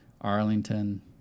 Arlington